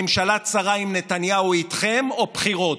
ממשלה צרה עם נתניהו ואיתכם או בחירות,